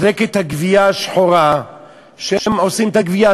מחלקת הגבייה השחורה שעושה את הגבייה,